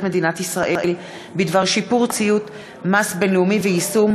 מדינת ישראל בדבר שיפור ציות מס בין-לאומי ויישום